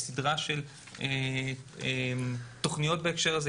יש סדרה של תוכניות בהקשר הזה,